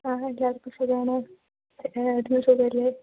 ആ എല്ലാവർക്കും സുഖമാണോ ഏട്ടന് സുഖമല്ലേ